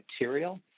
material